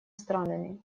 странами